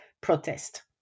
protest